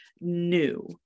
new